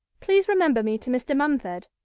please remember me to mr. mumford,